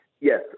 Yes